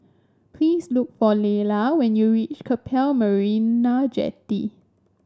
please look for Layla when you reach Keppel Marina Jetty